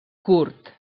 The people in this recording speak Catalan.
curt